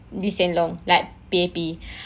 lee hsien loong like P_A_P